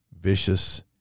vicious